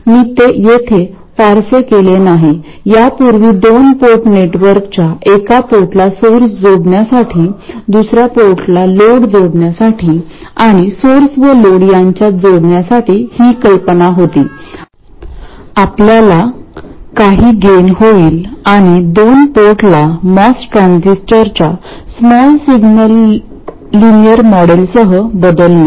मी येथे फारसे केले नाही यापूर्वी दोन पोर्ट नेटवर्कच्या एका पोर्टला सोर्स जोडण्यासाठी दुसर्या पोर्टला लोड जोडण्यासाठी आणि सोर्स व लोड यांच्यात जोडण्यासाठी ही कल्पना होती आपल्याला काही गेन होईल आणि दोन पोर्टला मॉस ट्रान्झिस्टरच्या स्मॉल सिग्नल लिनियर मॉडेलसह बदलणे